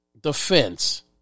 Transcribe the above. defense